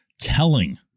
telling